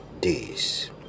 days